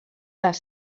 les